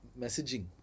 messaging